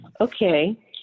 Okay